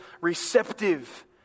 receptive